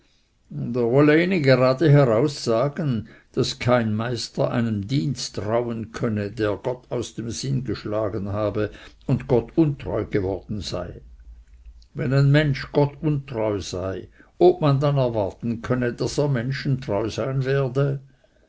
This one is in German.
ihnen gerade heraus sagen daß kein meister einem dienst trauen könne der gott aus dem sinn geschlagen habe und gott untreu geworden sei wenn ein mensch gott untreu sei ob man dann erwarten könne daß er menschen treu sein werde